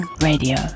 radio